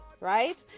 right